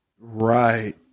Right